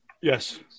Yes